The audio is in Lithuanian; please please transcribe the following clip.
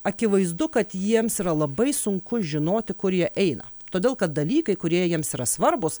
akivaizdu kad jiems yra labai sunku žinoti kur jie eina todėl kad dalykai kurie jiems yra svarbūs